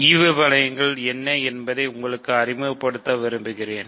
ஈவு வளையங்கள் என்ன என்பதை உங்களுக்கு அறிமுகப்படுத்த விரும்புகிறேன்